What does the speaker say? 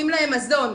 התזונתי.